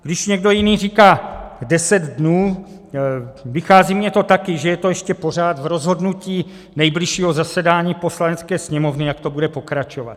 Když někdo jiný říká deset dnů, vychází mi to taky, že je to ještě pořád v rozhodnutí nejbližšího zasedání Poslanecké sněmovny, jak to bude pokračovat.